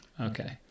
okay